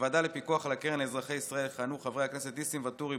בוועדה לפיקוח על הקרן לאזרחי ישראל יכהנו חברי הכנסת ניסים ואטורי,